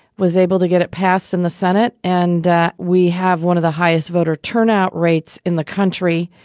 was able to get it passed in the senate. and we have one of the highest voter turnout rates in the country.